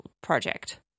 project